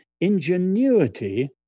ingenuity